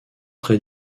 très